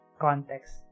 context